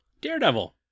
Daredevil